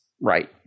right